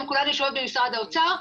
הן כולן יושבות במשרד האוצר,